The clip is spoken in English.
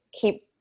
keep